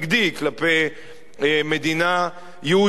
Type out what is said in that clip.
כלפי מדינה יהודית.